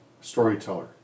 storyteller